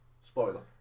spoiler